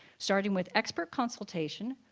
starting with expert consultation,